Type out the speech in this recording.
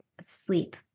sleep